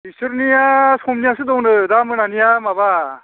बिसोरनिया समनियासो दंनो दा मोनानिया माबा